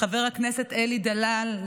לחבר הכנסת אלי דלל,